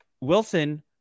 Wilson